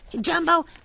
Jumbo